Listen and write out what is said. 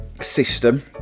system